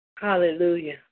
Hallelujah